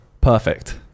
perfect